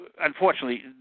unfortunately